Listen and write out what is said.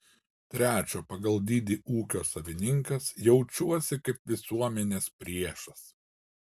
trečio pagal dydį ūkio savininkas jaučiuosi kaip visuomenės priešas